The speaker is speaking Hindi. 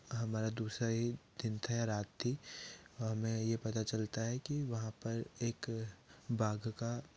हमारा दूसरा ही दिन था रात थी और हमें यह पता चलता है कि वहाँ पर एक बाघ का